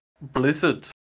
Blizzard